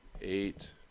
eight